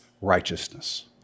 righteousness